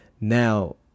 Now